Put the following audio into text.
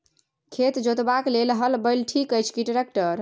खेत जोतबाक लेल हल बैल ठीक अछि की ट्रैक्टर?